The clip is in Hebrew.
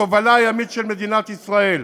התובלה הימית של מדינת ישראל.